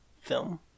film